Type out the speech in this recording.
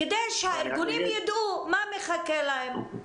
כדי שהארגונים ידעו מה מחכה להם.